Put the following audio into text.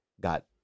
got